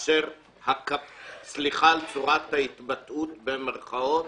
סליחה על צורת ההתבטאות כאשר